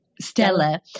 Stella